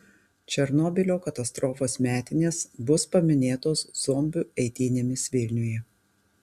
černobylio katastrofos metinės bus paminėtos zombių eitynėmis vilniuje